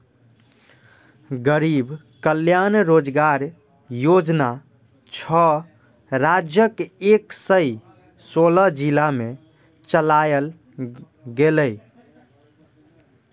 गरीब कल्याण रोजगार योजना छह राज्यक एक सय सोलह जिला मे चलायल गेलै